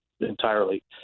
entirely